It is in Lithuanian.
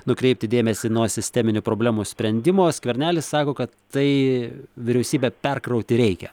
nukreipti dėmesį nuo sisteminių problemų sprendimo skvernelis sako kad tai vyriausybę perkrauti reikia